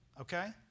okay